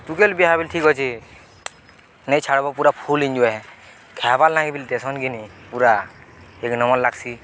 ଟୁକେଲ ବିହା ହେବ ବୋଲେ ଠିକ୍ ଅଛି ନାଇଁ ଛାଡ଼ବ ପୁରା ଫୁଲ ଏଞ୍ଜୟ ହେ ଖାଇବାର୍ ଲାଗିି ବି ଟେନ୍ସନ୍ କିିନି ପୁରା ଏକ ନମ୍ବର ଲାଗ୍ସି